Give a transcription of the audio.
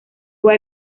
fue